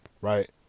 right